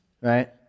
right